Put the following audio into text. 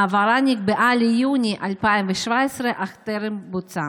ההעברה נקבעה ליוני 2017 אך טרם בוצעה.